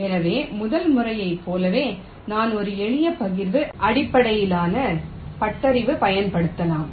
எனவே முதல் முறையைப் போலவே நான் ஒரு எளிய பகிர்வு அடிப்படையிலான ஹூரிஸ்டிக் பயன்படுத்தினால்